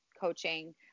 coaching